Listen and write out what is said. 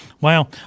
Wow